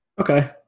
Okay